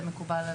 זה מקובל עלינו.